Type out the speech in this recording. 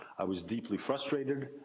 i was deeply frustrated,